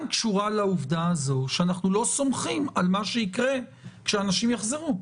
קשור לעובדה שאנחנו לא סומכים על מה שיקרה כשאנשים יחזרו,